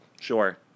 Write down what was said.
Sure